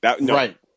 Right